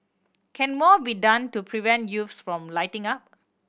can more be done to prevent youths from lighting up